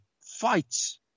fights